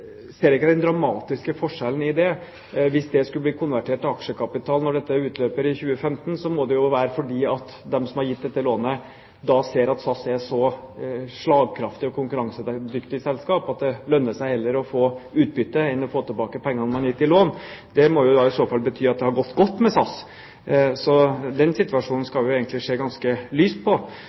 ser ikke jeg den dramatiske forskjellen i det. Hvis lånet skulle bli konvertert til aksjekapital når det utløper i 2015, må det jo være fordi de som har gitt dette lånet, ser at SAS er et så slagkraftig og konkurransedyktig selskap at det heller lønner seg å få utbytte enn å få tilbake pengene man har gitt i lån. Det må i så fall bety at det har gått godt med SAS. Så den situasjonen skal vi vel egentlig se ganske lyst på.